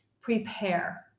prepare